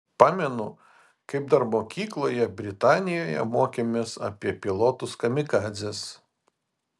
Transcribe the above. pamenu kaip dar mokykloje britanijoje mokėmės apie pilotus kamikadzes